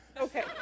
Okay